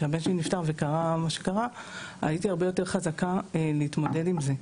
כשהבן שלי נפטר הרגשתי שהייתי הרבה יותר חזקה בהתמודדות עם המצב.